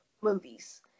movies